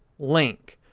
link.